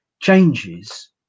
changes